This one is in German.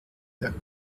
der